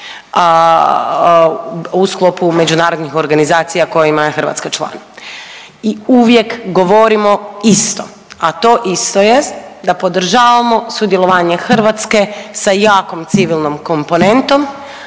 u sklopu međunarodnih organizacija kojima je Hrvatska član i uvijek govorimo isto, a to isto je da podržavamo sudjelovanje Hrvatske sa jakom civilnom komponentom